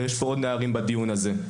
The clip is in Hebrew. ויש פה עוד נערים בדיון הזה.